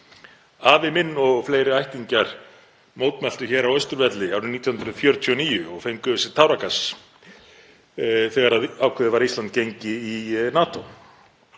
Afi minn og fleiri ættingjar mótmæltu hér á Austurvelli árið 1949 og fengu á sig táragas þegar ákveðið var að Ísland gengi í NATO.